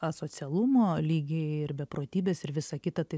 asocialumo lygiai ir beprotybės ir visa kita tai